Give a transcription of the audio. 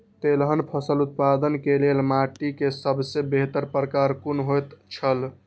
तेलहन फसल उत्पादन के लेल माटी के सबसे बेहतर प्रकार कुन होएत छल?